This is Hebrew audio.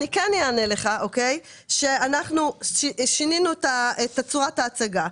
אני כן אענה לך שאנחנו שינינו את צורת ההצגה.